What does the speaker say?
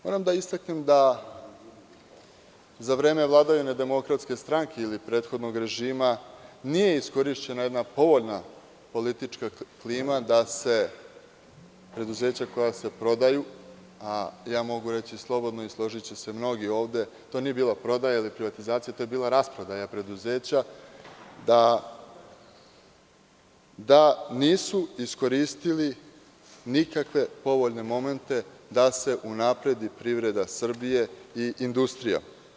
Moram da istaknem da za vreme vladavine Demokratske stranke ili prethodnog režima nije iskorišćena jedna povoljna politička klima da se preduzeća koja se prodaju, a ja mogu reći slobodno i složiće se mnogi ovde, to nije bila prodaja ili privatizacija, to je bila rasprodaja preduzeća, da nisu iskoristili nikakve povoljne momente da se unapredi privreda Srbije i industrija.